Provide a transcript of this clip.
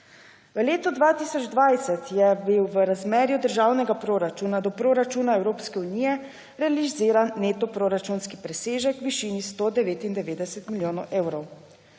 V letu 2020 je bil v razmerju državnega proračuna do proračuna Evropske unije realiziran neto proračunski presežek v višini 199 milijonov evrov.